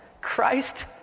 Christ